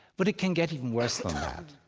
but it can get even worse than that.